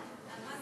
בקריאה